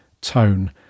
tone